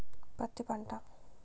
పత్తి పంట